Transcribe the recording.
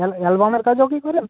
মানে অ্যালবামের কাজও কি করেন